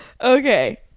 Okay